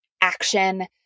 action